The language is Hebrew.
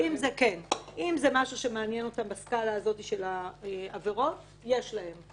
אם זה משהו שמעניין אותם בסקאלה של העבירות - את זה יש להם.